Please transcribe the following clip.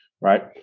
Right